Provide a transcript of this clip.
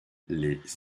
les